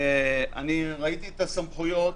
ראיתי את הסמכויות.